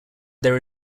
there